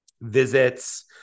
visits